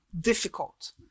difficult